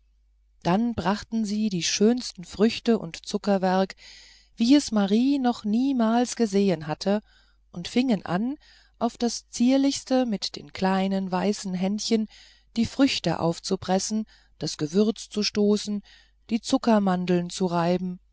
dann brachten sie die schönsten früchte und zuckerwerk wie es marie noch niemals gesehen hatte und fingen an auf das zierlichste mit den kleinen schneeweißen händchen die früchte aufzupressen das gewürz zu stoßen die zuckermandeln zu reiben